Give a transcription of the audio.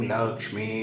Lakshmi